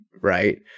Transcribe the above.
right